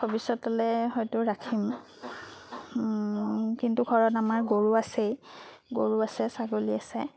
ভৱিষ্যতলৈ হয়তো ৰাখিম কিন্তু ঘৰত আমাৰ গৰু আছেই গৰু আছে ছাগলী আছে